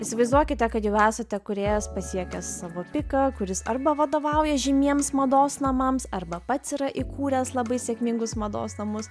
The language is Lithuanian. įsivaizduokite kad jau esate kūrėjas pasiekęs savo piką kuris arba vadovauja žymiems mados namams arba pats yra įkūręs labai sėkmingus mados namus